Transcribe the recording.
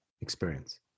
experience